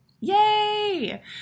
Yay